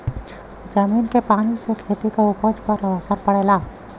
जमीन के पानी से खेती क उपज पर असर पड़ेला